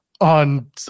on